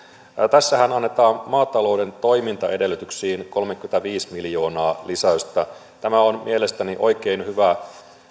tässähän annetaan maatalouden toimintaedellytyksiin kolmekymmentäviisi miljoonaa lisäystä tämä on mielestäni oikein hyvä